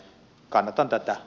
kannatan tätä